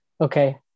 okay